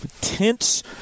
tense